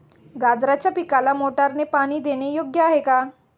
गाजराच्या पिकाला मोटारने पाणी देणे योग्य आहे का?